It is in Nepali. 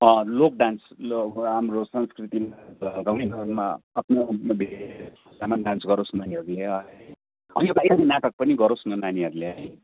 अँ लोक डान्स ल हाम्रो संस्कृतिमा झल्काउने जसमा आफ्नो आफ्नो वेशभूषामा डान्स गरोस् नानीहरूले है अनि यो पालि एकाङ्की नाटक पनि गरोस् न नानीहरूले है